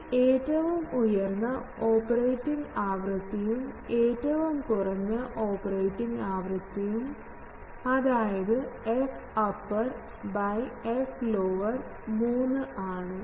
ഈ ഏറ്റവും ഉയർന്ന ഓപ്പറേറ്റിംഗ് ആവൃത്തിയും ഏറ്റവും കുറഞ്ഞ ഓപ്പറേറ്റിംഗ് ആവൃത്തിയും അതായത് fupper by flower 3 ആണ്